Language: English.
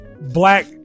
black